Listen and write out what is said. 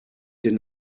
did